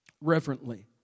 Reverently